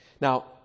Now